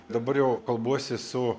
dabar jau kalbuosi su